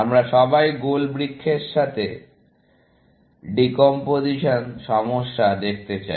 আমরা সবাই গোল বৃক্ষের সাথে ডিকম্পোজিশন সমস্যা দেখতে চাই